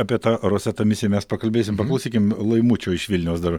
apie tą roseta misiją mes pakalbėsim paklausykim laimučio iš vilniaus dar